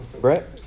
Brett